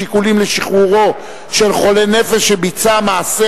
שיקולים לשחרור של חולה נפש שביצע מעשי